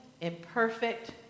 imperfect